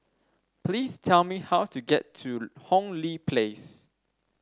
please tell me how to get to Hong Lee Place